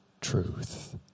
truth